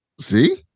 See